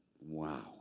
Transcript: Wow